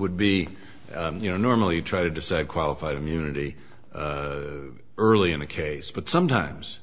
would be you know normally try to decide qualified immunity early in the case but sometimes